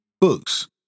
books